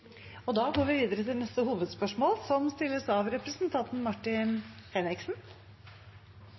går videre til neste hovedspørsmål.